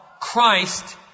Christ